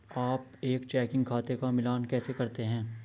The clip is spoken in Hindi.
आप एक चेकिंग खाते का मिलान कैसे करते हैं?